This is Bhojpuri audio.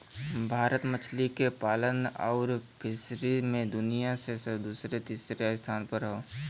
भारत मछली के पालन आउर फ़िशरी मे दुनिया मे दूसरे तीसरे स्थान पर हौ